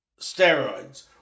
steroids